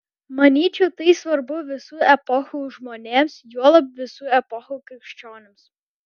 manyčiau tai svarbu visų epochų žmonėms juolab visų epochų krikščionims